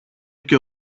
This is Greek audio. και